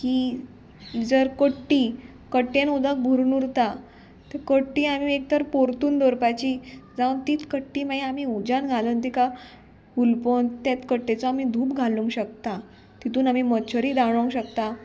की जर कट्टी कट्टेन उदक भरून उरता तर कट्टी आमी एक तर पोरतून दवरपाची जावन तीत कट्टी मागीर आमी उज्यान घालून तिका उलपन तेत कट्टेचो आमी धूप घालूंक शकता तितून आमी मच्छरी दाळोंक शकता